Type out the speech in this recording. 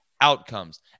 outcomes